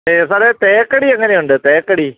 സാറേ തേക്കടി എങ്ങനെയുണ്ട് തേക്കടി